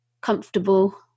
comfortable